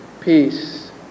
peace